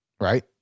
Right